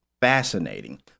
fascinating